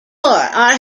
are